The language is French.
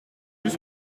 plus